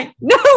no